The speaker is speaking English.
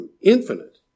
infinite